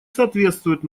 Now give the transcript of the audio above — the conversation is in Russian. соответствует